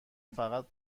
فقط